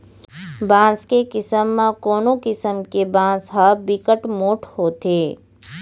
बांस के किसम म कोनो किसम के बांस ह बिकट मोठ होथे